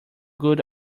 good